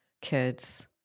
kids